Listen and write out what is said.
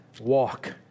walk